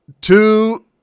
two